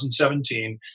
2017